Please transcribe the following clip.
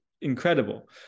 incredible